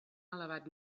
elevat